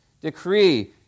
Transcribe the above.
decree